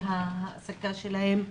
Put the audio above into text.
בתנאי ההעסקה שלהם,